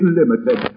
limited